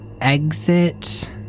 exit